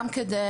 גם כדי